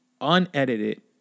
unedited